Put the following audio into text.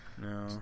No